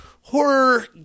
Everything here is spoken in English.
horror